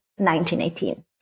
1918